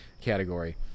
category